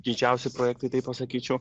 didžiausi projektai tai pasakyčiau